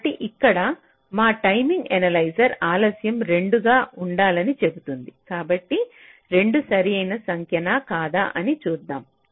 కాబట్టి ఇక్కడ మా టైమింగ్ ఎనలైజర్ ఆలస్యం 2 గా ఉండాలని చెబుతుంది కాబట్టి 2 సరైన సంఖ్య నా కాదా అని చూద్దాం